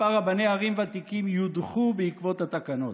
כמה רבני ערים ותיקים יודחו בעקבות התקנות.